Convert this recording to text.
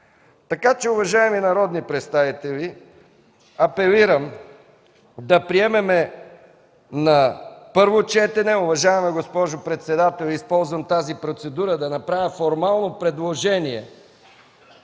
данък. Уважаеми народни представители, апелирам да приемем на първо четене законопроекта. Уважаема госпожо председател, използвам тази процедура – да направя формално предложение